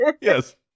Yes